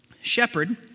shepherd